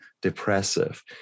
depressive